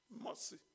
Mercy